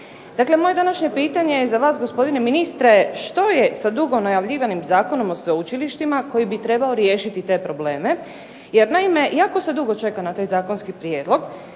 Dakle moje današnje pitanje za vas je gospodine ministre što je sa dugo najavljivanim zakonom o sveučilištima koji bi trebao riješiti te probleme, jer naime jako se dugo čeka na taj zakonski prijedlog,